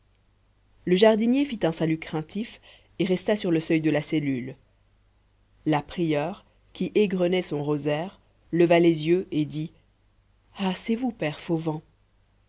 le jardinier fit un salut craintif et resta sur le seuil de la cellule la prieure qui égrenait son rosaire leva les yeux et dit ah c'est